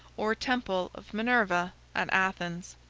or temple of minerva at athens.